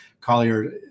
Collier